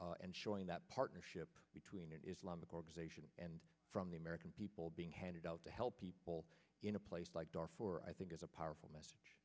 and showing that partnership between islamic organizations and from the american people being handed out to help people in a place like darfur i think is a powerful message